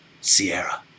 Sierra